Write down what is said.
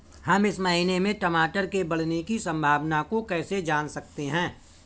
हम इस महीने में टमाटर के बढ़ने की संभावना को कैसे जान सकते हैं?